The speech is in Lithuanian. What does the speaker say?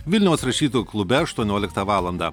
vilniaus rašytojų klube aštuonioliktą valandą